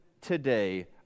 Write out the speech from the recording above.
today